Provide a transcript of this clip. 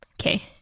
Okay